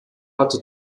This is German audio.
hatte